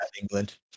England